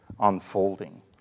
unfolding